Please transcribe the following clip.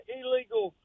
illegal